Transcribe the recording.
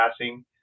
passing